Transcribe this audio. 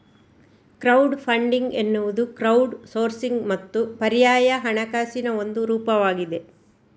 crowd funding ಎನ್ನುವುದು crowdsourcing ಮತ್ತು ಪರ್ಯಾಯ ಹಣಕಾಸಿನ ಒಂದು ರೂಪವಾಗಿದೆ